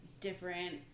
different